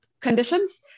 conditions